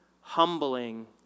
humbling